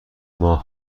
ماه